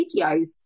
videos